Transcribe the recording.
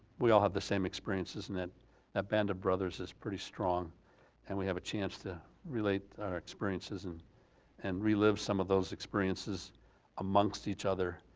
we all have the same experiences and that ah bond of brothers is pretty strong and we have a chance to relate our experiences and and relive some of those experiences amongst each other,